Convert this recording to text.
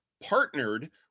partnered